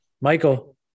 Michael